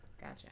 Gotcha